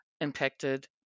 impacted